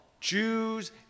Jews